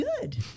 good